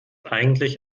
eigentlich